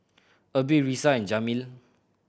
Erby Risa and Jameel